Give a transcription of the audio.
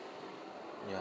ya